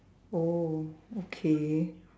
oh okay